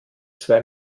zwei